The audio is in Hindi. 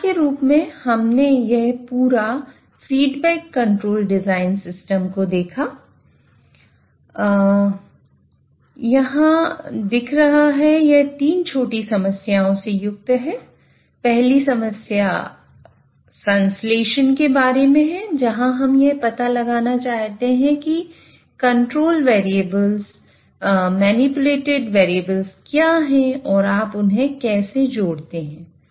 तो सार के रूप में हमने यह पूरा फीडबैक कंट्रोल डिजाइन सिस्टम क्या है और आप उन्हें कैसे जोड़ते हैं